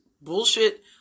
bullshit